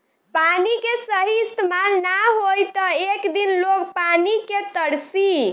पानी के सही इस्तमाल ना होई त एक दिन लोग पानी के तरसी